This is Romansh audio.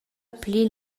pli